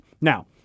Now